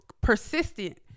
persistent